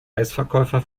eisverkäufer